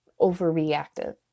overreactive